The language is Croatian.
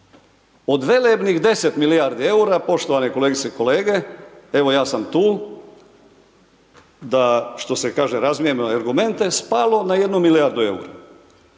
Od velebnih 10 milijardi EUR-a, poštovane kolegice i kolege, evo ja sam tu, da što se kaže, razmijenimo argumente, spalo na 1 milijardu EUR-a.